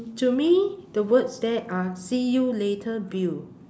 to me the words there are see you later bill